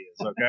Okay